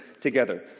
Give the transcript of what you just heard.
together